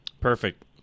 Perfect